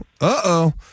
Uh-oh